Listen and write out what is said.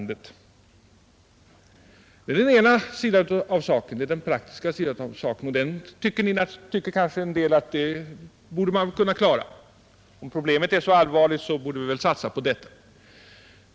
Det är den praktiska sidan av saken. Den tycker kanske en del att man borde kunna klara; om problemet är så allvarligt borde vi kunna satsa på detta.